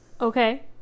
Okay